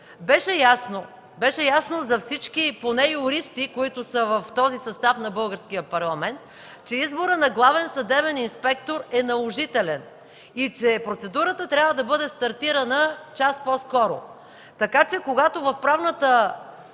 беше ясно, поне за юристите в този състав на Българския парламент, че изборът на главен съдебен инспектор е наложителен и че процедурата трябва да бъде стартирана час по-скоро. Когато в Правната